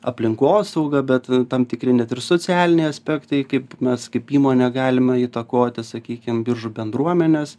aplinkosaugą bet tam tikri net ir socialiniai aspektai kaip mes kaip įmonė galime įtakoti sakykim biržų bendruomenės